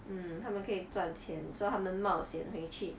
mm 他们可以赚钱 so 他们冒险回去